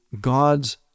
God's